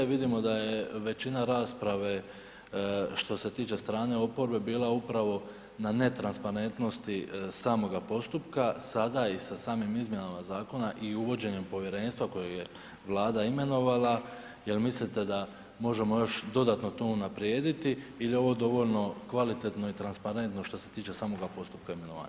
Vidimo da je većina rasprave što se tiče strane oporbe bila upravo na ne transparentnosti samoga postupka, sada i sa samim izmjenama zakona i uvođenjem povjerenstva kojeg je Vlada imenovala, jel mislite da možemo još dodatno to unaprijediti ili je ovo dovoljno kvalitetno i transparentno što se tiče samoga postupka imenovanja?